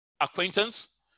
acquaintance